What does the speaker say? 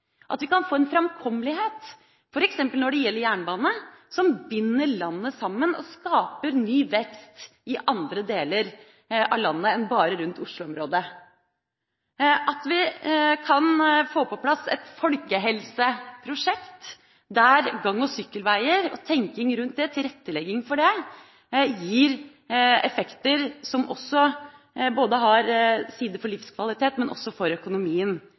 at vi kan få en framkommelighet, f.eks. når det gjelder jernbane, som binder landet sammen og skaper ny vekst i andre deler av landet enn bare rundt Oslo-området, at vi kan få på plass et folkehelseprosjekt der gang- og sykkelveier og tenking rundt det og tilrettelegging for det gir effekter som også har sider for både livskvaliteten og økonomien for